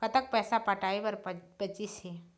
कतक पैसा पटाए बर बचीस हे?